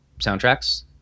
soundtracks